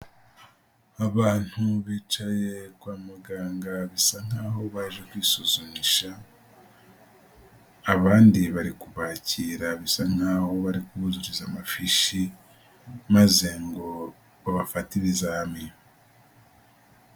Abantu bicaye kwa muganga bisa nkaho baje kwisuzumisha, abandi bari kubakira bisa nkaho bari kubuzuriza amafishi, maze ngo babafate ibizami.